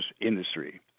industry